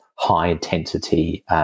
high-intensity